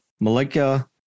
Malika